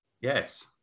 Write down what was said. Yes